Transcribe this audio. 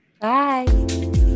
bye